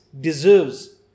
deserves